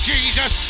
Jesus